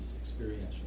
experiential